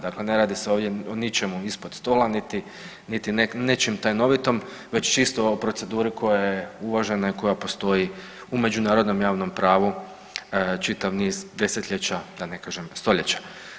Dakle, ne radi se ovdje o ničemu ispod stola niti nečem tajnovitom već čisto o proceduri koja je uvažena i koja postoji u međunarodnom javnom pravu čitav niz desetljeća, da ne kažem stoljeća.